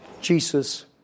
Jesus